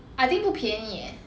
I think 不便宜 leh